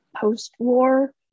post-war